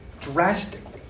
Drastically